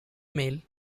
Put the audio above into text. mail